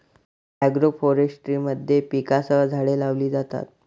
agroforestry मध्ये पिकांसह झाडे लावली जातात